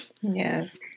Yes